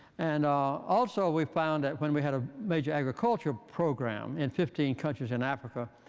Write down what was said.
and also, we found that when we had a major agricultural program in fifteen countries in africa,